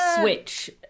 switch